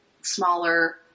smaller